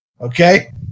Okay